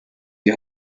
die